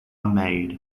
maid